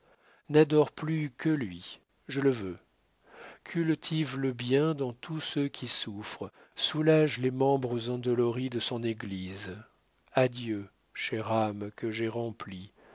n'adore plus que lui je le veux cultive le bien dans tous ceux qui souffrent soulage les membres endoloris de son église adieu chère âme que j'ai remplie